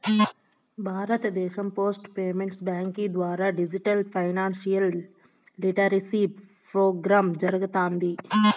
భారతదేశం post payments bank ద్వారా digital financial literacy programme జరగతాంది